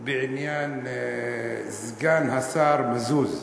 בעניין סגן השר מזוז,